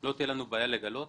לא תהיה לנו בעיה לגלות